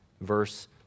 Verse